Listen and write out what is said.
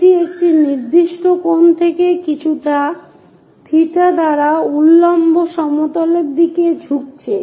এটি একটি নির্দিষ্ট কোণ থেকে কিছু থেটা দ্বারা উল্লম্ব সমতলের দিকে ঝুঁকছে